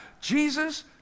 Jesus